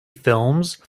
films